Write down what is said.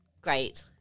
Great